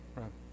right